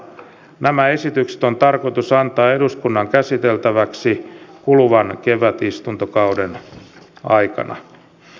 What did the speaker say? nämä esitykset on tarkoitus antaa eduskunnan käsiteltäväksi kuluvan kevätistuntokauden aikana